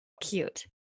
Cute